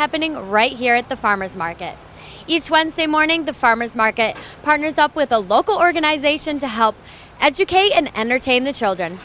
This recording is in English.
happening right here at the farmer's market each wednesday morning the farmers market partners up with a local organization to help educate and entertain the children